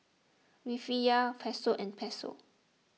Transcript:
Rufiyaa Peso and Peso